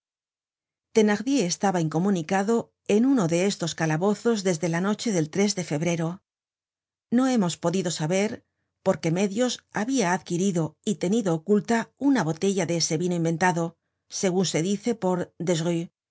hierro thenardier estaba incomunicado en uno de estos calabozos desde la noche del de febrero no hemos podido saber por qué medios habia adquirido y tenido oculta una botella de ese vino inventado segun se dice por